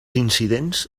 incidents